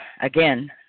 Again